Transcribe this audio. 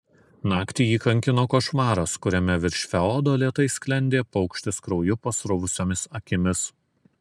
naktį jį kankino košmaras kuriame virš feodo lėtai sklendė paukštis krauju pasruvusiomis akimis